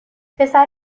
پسر